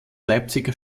leipziger